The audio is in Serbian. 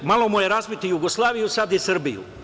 Malo mu je razbiti Jugoslaviju, sada i Srbiju.